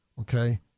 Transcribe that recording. okay